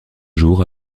jours